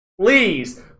please